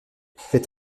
faites